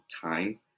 time